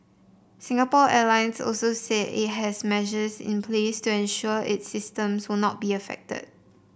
Singapore Airlines also said it has measures in place to ensure its systems will not be affected